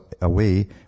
away